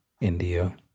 India